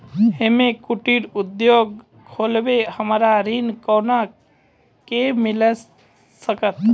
हम्मे कुटीर उद्योग खोलबै हमरा ऋण कोना के मिल सकत?